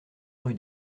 rue